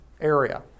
area